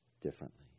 differently